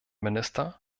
minister